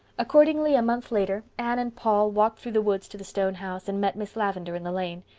accordingly, a month later anne and paul walked through the woods to the stone house, and met miss lavendar in the lane.